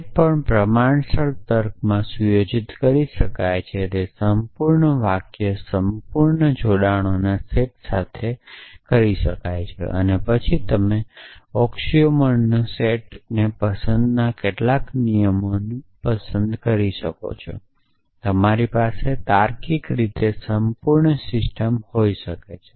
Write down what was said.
જે પણ પ્રમાણસર તર્ક માં સુયોજિત કરી શકાય છે તે સંપૂર્ણ વાક્ય સંપૂર્ણ જોડાણોના સેટ સાથે સેટ કરી શકાય છે અને પછી તમે ઑક્સિઓમરોનો સેટ અને પસંદગીના કેટલાક નિયમોને પસંદ કરી શકો છો અને તમારી પાસે તાર્કિક રીતે સંપૂર્ણ સિસ્ટમ હોઈ શકે છે